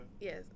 Yes